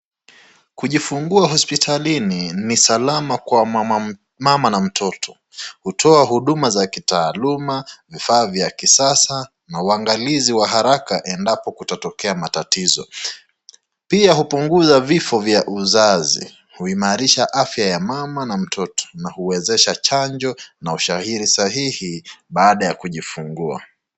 Kujifungua hospitalini ni salama kwa mama na mtoto. Hutoa huduma za kitaaluma, vifaa za kisasa na uangalizi wa haraka endapo kutatokea matatizo. Pia hupunguza vifo vya uzazi. Huimarisha afya ya mama na mtoto. Na huezesha jacho na ushahiri sahihi baada ya kujifungua.